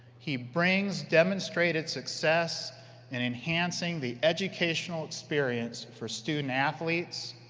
he brings demonstrated success in enhancing the educational experience for student-athletes,